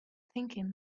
thinking